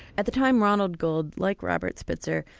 at the time ronald gold, like robert spitzer,